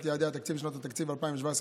יעדי התקציב לשנות התקציב 2017 ו-2018),